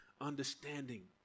understanding